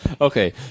Okay